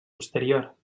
posterior